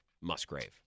Musgrave